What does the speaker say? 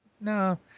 No